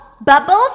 Bubbles